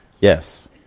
Yes